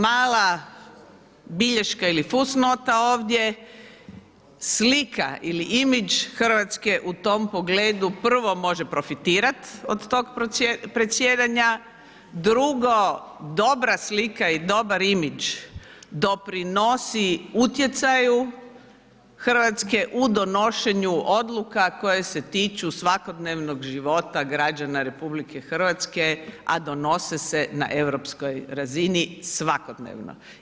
Mala bilješka ili fusnota ovdje, slika ili imidž Hrvatske u tom pogledu prvo može profitirat od tog predsjedanja, drugo dobra slika i dobar imidž doprinosi utjecaju Hrvatske u donošenju odluka koje se tiču svakodnevnog života građana RH, a donose se na europskoj razini svakodnevno.